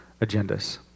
agendas